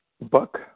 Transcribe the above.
book